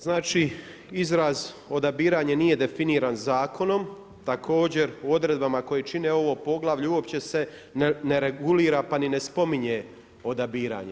Znači izraz odabiranje nije definiran zakonom, također u odredbama koje čine ovo poglavlje uopće se ne regulira pa i ne spominje odabiranje.